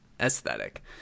aesthetic